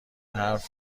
حرف